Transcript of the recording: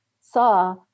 saw